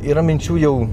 yra minčių jau